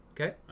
Okay